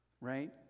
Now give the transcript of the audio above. right